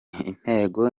intego